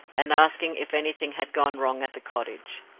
and asking if anything had gone wrong at the cottage.